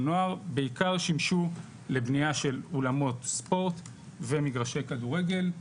נוער" בעיקר שימשו לבניה של אולמות ספורט ומגרשי כדורגל,